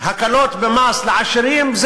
הקלות במס לעשירים,